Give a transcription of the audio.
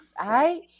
right